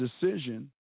decision